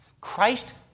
Christ